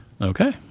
okay